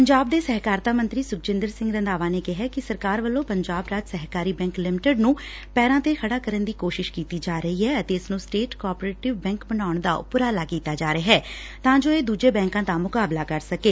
ਪੰਜਾਬ ਦੇ ਸਹਿਕਾਰਤਾ ਮੰਤਰੀ ਸੁਖਜਿੰਦਰ ਸਿੰਘ ਰੰਧਾਵਾ ਨੇ ਕਿਹੈ ਕਿ ਸਰਕਾਰ ਵੱਲੋ ਪੰਜਾਬ ਰਾਜ ਸਹਿਕਾਰੀ ਬੈ'ਕ ਲਿਮੀਟਡ ਨੂੰ ਪੈਰਾਂ ਤੇ ਖੜਾ ਕਰਨ ਦੀ ਕੋਸ਼ਿਸ਼ ਕੀਤੀ ਜਾ ਰਹੀ ਐ ਅਤੇ ਇਸ ਨੂੰ ਸਟੇਟ ਕੋਅਪ੍ਰੇਟਿਵ ਬੈਕ ਬਣਾਉਣ ਦਾ ਉਪਰਾਲਾ ਕੀਤਾ ਜਾ ਰਿਹੈ ਡਾ ਜੋ ਇਹ ਦੁਜੇ ਬੈਕਾ ਦਾ ਮੁਕਾਬਲਾ ਕਰ ਸਕੇ